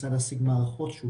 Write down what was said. כולם נמצאים על אותם שרתים,